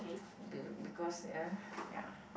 be~ because ya ya